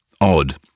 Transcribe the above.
odd